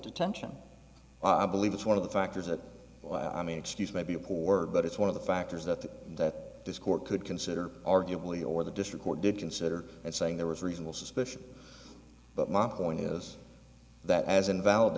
detention i believe it's one of the factors that well i mean excuse may be poor but it's one of the factors that the that this court could consider arguably or the district court did consider and saying there was reasonable suspicion but my point is that as invalid